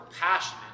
passionate